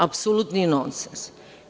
Apsolutni nonsens.